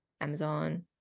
Amazon